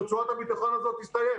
רצועת הביטחון הזאת תסתיים,